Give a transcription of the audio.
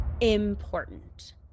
important